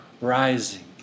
rising